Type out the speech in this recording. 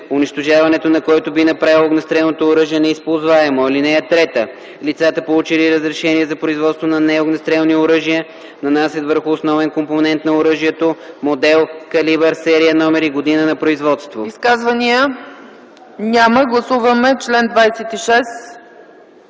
унищожаването на който би направило огнестрелното оръжие неизползваемо. (3) Лицата, получили разрешение за производство на неогнестрелни оръжия, нанасят върху основен компонент на оръжието модел, калибър, сериен номер и година на производство.” ПРЕДСЕДАТЕЛ ЦЕЦКА ЦАЧЕВА: Изказвания? Няма. Гласуваме чл. 26.